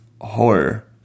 horror